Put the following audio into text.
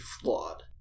flawed